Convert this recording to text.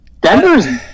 Denver's